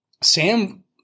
Sam